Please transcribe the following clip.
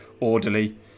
orderly